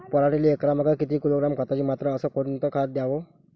पराटीले एकरामागं किती किलोग्रॅम खताची मात्रा अस कोतं खात द्याव?